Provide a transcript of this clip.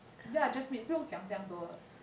ya just meet 不用想这样多的